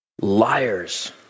Liars